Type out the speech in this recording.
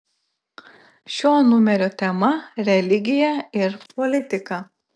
šio numerio tema religija ir politika